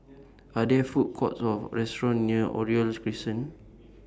Are There Food Courts Or restaurants near Oriole Crescent